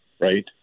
right